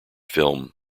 film